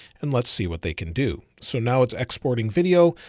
and let's see what they can do. so now it's exporting video.